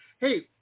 Hey